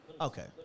Okay